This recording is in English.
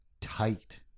tight